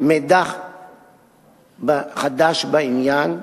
מידע חדש בעניין,